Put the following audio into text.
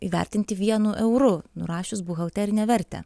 įvertinti vienu euru nurašius buhalterinę vertę